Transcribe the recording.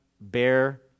bear